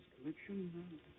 collection